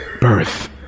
Birth